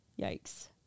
Yikes